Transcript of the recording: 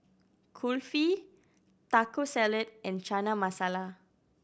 Kulfi Taco Salad and Chana Masala